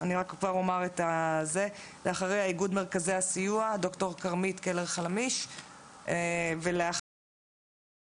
גברתי יושבת-הראש, התכנסנו פה בעיניי לאחד הדיונים